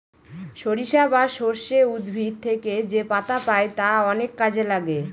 সরিষা বা সর্ষে উদ্ভিদ থেকে যেপাতা পাই তা অনেক কাজে লাগে